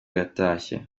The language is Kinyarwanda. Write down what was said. yatashye